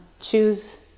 choose